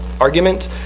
argument